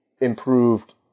improved